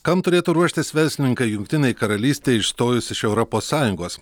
kam turėtų ruoštis verslininkai jungtinei karalystei išstojus iš europos sąjungos